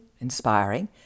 inspiring